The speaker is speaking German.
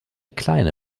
kleine